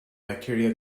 bacteria